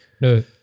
No